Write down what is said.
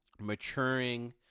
maturing